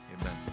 Amen